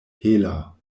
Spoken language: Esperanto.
hela